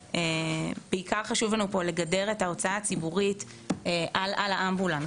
בעיקר חשוב לנו לגדר את ההוצאה הציבורית על האמבולנס,